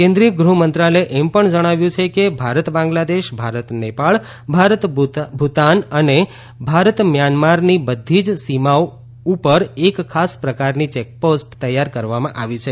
કેન્દ્રીય ગૃહ્ મંત્રાલયે એમ પણ જણાવ્યું છે કે ભારત બાંગ્લાદેશ ભારત નેપાળ ભારત ભૂતાન અને ભારત મ્યાનમારની બધી જ સીમાઓ ઉપર એક ખાસપ્રકારની ચેક પોસ્ટ તૈયાર કરવામાં આવી છે